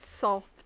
Soft